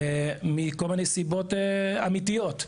מכל מיני סיבות אמיתיות.